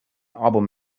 album